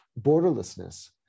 borderlessness